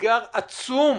אתגר עצום